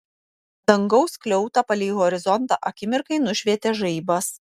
dangaus skliautą palei horizontą akimirkai nušvietė žaibas